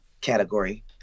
category